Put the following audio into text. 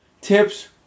tips